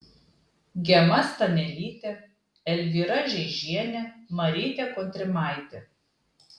gema stanelytė elvyra žeižienė marytė kontrimaitė